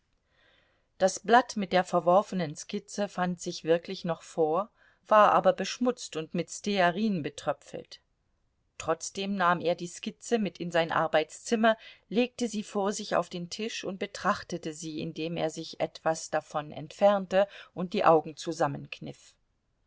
das blatt mit der verworfenen skizze fand sich wirklich noch vor war aber beschmutzt und mit stearin betröpfelt trotzdem nahm er die skizze mit in sein arbeitszimmer legte sie vor sich auf den tisch und betrachtete sie indem er sich etwas davon entfernte und die augen